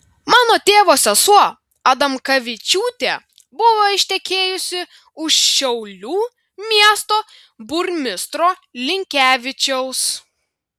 mano tėvo sesuo adamkavičiūtė buvo ištekėjusi už šiaulių miesto burmistro linkevičiaus